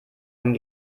einem